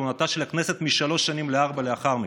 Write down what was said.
כהונתה של הכנסת משלוש שנים לארבע לאחר מכן,